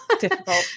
Difficult